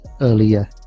earlier